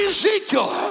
Ezekiel